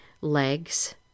legs